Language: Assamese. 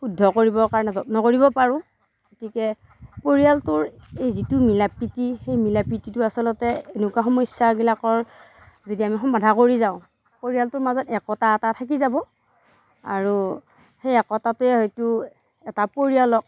শুদ্ধ কৰিবৰ কাৰণে যত্ন কৰিব পাৰোঁ গতিকে পৰিয়ালটোৰ এই যিটো মিলা প্ৰীতি সেই মিলা প্ৰীতিটো আচলতে এনেকুৱা সমস্যাগিলাকৰ যদি আমি সমাধা কৰি যাওঁ পৰিয়ালটোৰ মাজত একতা এটা থাকি যাব আৰু সেই একতাটোৱেই হয়টো এটা পৰিয়ালক